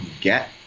get